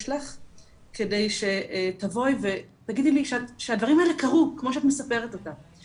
כדי שתבואי ותגידי לי שהדברים האלה קרו כמו שאת מספרת אותם'.